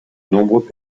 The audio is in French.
nombreux